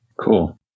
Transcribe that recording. Cool